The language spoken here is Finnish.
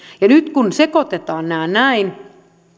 nyt kun sekoitetaan nämä näin